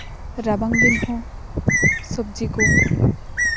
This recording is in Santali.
ᱨᱟᱵᱟᱝ ᱫᱤᱱ ᱦᱚᱸ ᱥᱚᱵᱡᱤ ᱠᱚ